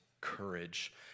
courage